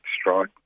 strike